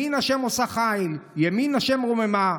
"ימין ה' עושה חיל, ימין ה' רוממה".